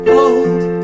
old